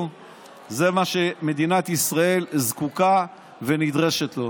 זה מה שמדינת ישראל זקוקה ונדרשת לו.